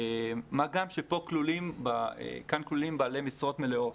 מה גם שכאן כלולים בעלי משרות מלאות.